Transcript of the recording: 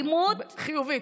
באלימות, חיובי.